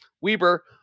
Weber